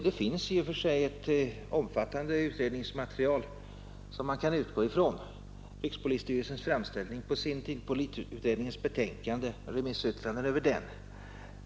Det finns i och för sig ett omfattande utredningsmaterial som man kan utgå från: rikspolisstyrelsens framställning på sin tid samt polisutredningens betänkande och remissyttrandena över detta.